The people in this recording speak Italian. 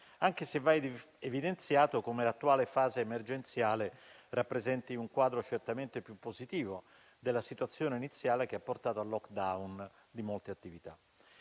anche se va evidenziato come l'attuale fase emergenziale rappresenti un quadro certamente più positivo della situazione iniziale, che aveva portato al *lockdown* di molte attività.